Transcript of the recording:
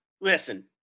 listen